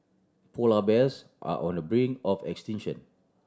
polar bears are on the brink of extinction